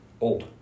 Old